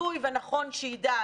רצוי ונכון שידע.